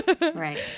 right